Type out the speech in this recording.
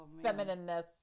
feminineness